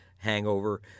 hangover